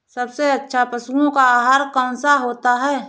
सबसे अच्छा पशुओं का आहार कौन सा होता है?